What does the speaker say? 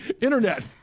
Internet